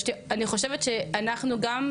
אני חושבת שאנחנו גם,